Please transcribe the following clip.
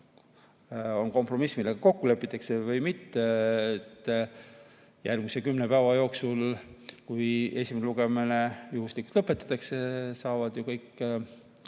see kompromiss, milles kokku lepitakse või mitte. Järgmise kümne päeva jooksul, kui esimene lugemine juhuslikult lõpetatakse, saavad ju kõik